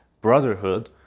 Brotherhood